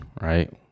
right